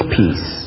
peace